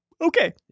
okay